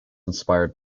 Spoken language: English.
inspired